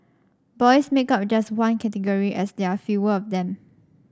boys make up just one category as there are fewer of them